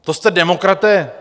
To jste demokraté?